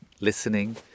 listening